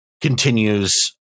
continues